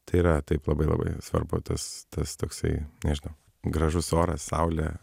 tai yra taip labai labai svarbu tas tas toksai nežinau gražus oras saulė